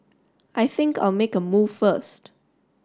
I think I'll make a move first